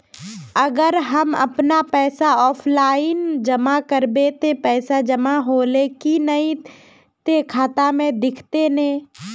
अगर हम अपन पैसा ऑफलाइन जमा करबे ते पैसा जमा होले की नय इ ते खाता में दिखते ने?